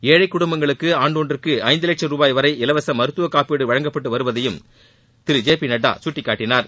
ஏழை குடும்பங்களுக்கு ஆண்டொன்றுக்கு ஐந்துவட்சும் ரூபாய் வரை இலவச மருத்துவக்காப்பீடு வழங்கப்பட்டு வருவதையும் திரு ஜே பி நட்டா சுட்டிக்காட்டினார்